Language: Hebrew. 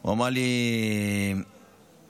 הוא אמר לי: אוריאל,